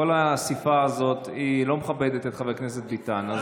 כל האספה הזאת לא מכבדת את חבר הכנסת ביטן.